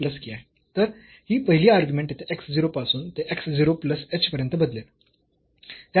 तर ही पहिली अर्ग्युमेंट येथे x 0 पासून ते x 0 प्लस h पर्यंत बदलेल